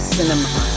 Cinema